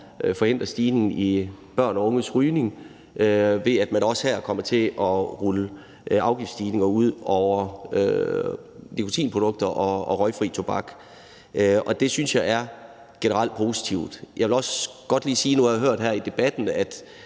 forhindre en stigning i børn og unges rygning, ved, at man også her kommer til at rulle afgiftsstigninger ud over nikotinprodukter og røgfri tobak. Og det synes jeg generelt er positivt. Jeg vil også godt lige sige noget, for nu har jeg hørt her i debatten, at